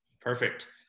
Perfect